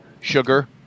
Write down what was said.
sugar